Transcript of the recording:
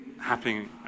happening